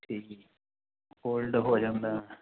ਠੀਕ ਐ ਫੋਲਡ ਹੋ ਜਾਂਦਾ ਐ